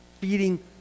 Feeding